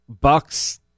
Bucks